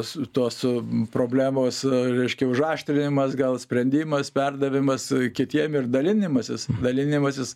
su tuo su problemos reiškia užaštrinamas gal sprendimas perdavimas kitiem ir dalinimasis dalinimasis